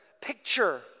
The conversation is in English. picture